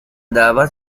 دعوت